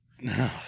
No